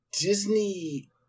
Disney